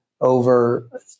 over